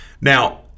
Now